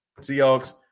Seahawks